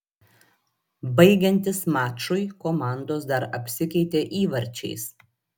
baigiantis mačui komandos dar apsikeitė įvarčiais